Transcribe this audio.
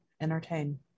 entertain